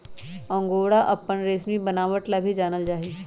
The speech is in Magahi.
अंगोरा अपन रेशमी बनावट ला भी जानल जा हई